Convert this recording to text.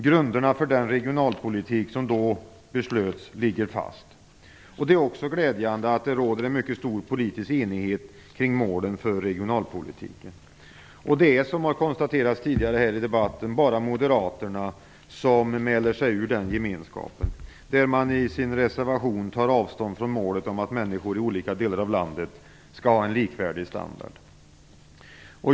Grunderna för den regionalpolitik som då beslutades ligger fast. Det är också glädjande att det råder en mycket stor politisk enighet kring målen för regionalpolitiken. Som det tidigare har konstaterats här i debatten är det bara moderaterna som mäler sig ur den gemenskapen, och i sin reservation tar avstånd från målet att människor i olika delar av landet skall ha en likvärdig standard.